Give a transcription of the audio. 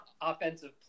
offensive